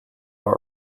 all